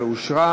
אושרה